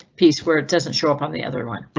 piece where it doesn't show up on the other one, right?